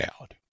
out